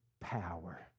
Power